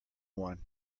one